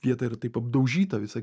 vieta yra taip apdaužyta visa kita